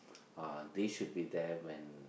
uh they should be there when